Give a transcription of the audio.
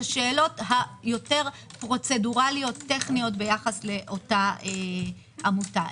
השאלות היותר פרוצדורליות טכניות ביחס לאותה עמותה.